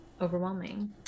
overwhelming